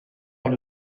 dans